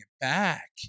back